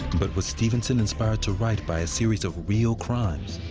but was stevenson inspired to write by a series of real crimes?